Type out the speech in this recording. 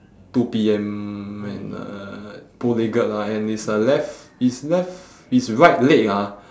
two P_M and uh bow legged lah and his uh left his left his right leg ah